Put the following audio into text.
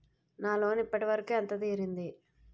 నా లోన్ ఇప్పటి వరకూ ఎంత తీరింది?